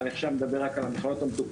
ואני מדבר עכשיו רק על המכללות המתוקצבות,